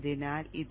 അതിനാൽ ഇത്